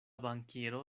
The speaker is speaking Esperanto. bankiero